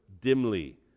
dimly